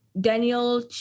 Daniel